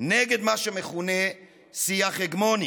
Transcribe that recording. נגד מה שמכונה שיח הגמוני.